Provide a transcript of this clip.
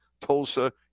Tulsa